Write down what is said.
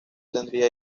tendría